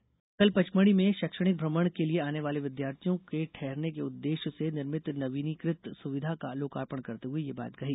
उन्होंने कल पचमढ़ी में शैक्षणिक श्रमण के लिए आने वाले विद्यार्थियों के ठहरने के उद्वेश्य से निर्मित नवीनीकृत सुविधा का लोकार्पण करते हुए ये बात कहीं